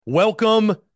Welcome